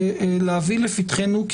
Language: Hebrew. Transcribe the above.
להביא לפתחנו,